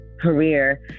career